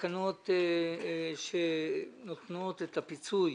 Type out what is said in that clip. התקנות שנותנות את הפיצוי